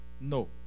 no